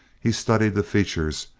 he studied the features,